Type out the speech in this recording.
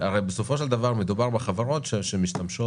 הרי בסופו של דבר מדובר בחברות שמשתמשות